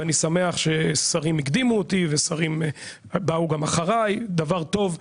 ואני שמח ששרים הקדימו אותי ושרים באו גם אחרי דבר טוב,